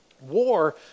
war